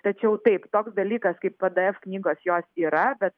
tačiau taip toks dalykas kaip pdf knygos jos yra bet